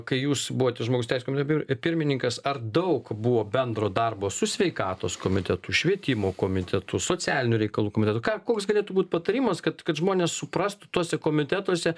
kai jūs buvot žmogus teisių komitet pi pirmininkas ar daug buvo bendro darbo su sveikatos komitetu švietimo komitetu socialinių reikalų komitetu ką koks galėtų būt patarimas kad kad žmonės suprastų tuose komitetuose